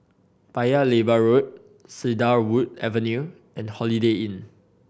Paya Lebar Road Cedarwood Avenue and Holiday Inn